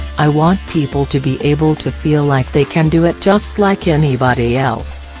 i want people to be able to feel like they can do it just like anybody else.